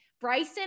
Bryson